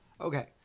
Okay